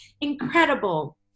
incredible